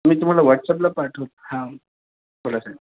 मी तुम्हाला वॉट्सअपला पाठव हां बोला साहेब